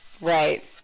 Right